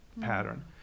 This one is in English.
pattern